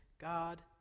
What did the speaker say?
God